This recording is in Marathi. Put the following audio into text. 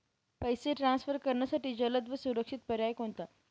पैसे ट्रान्सफर करण्यासाठी जलद व सुरक्षित पर्याय कोणता?